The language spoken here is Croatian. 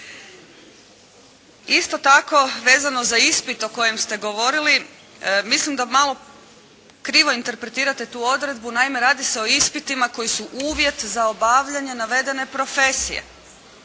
Isto tako vezano za ispit o kojem ste govorili, mislim da malo krivo interpretirate tu odredbu. Naime radi se o ispitima koji su uvjet za obavljanje navedene profesije.